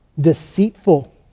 deceitful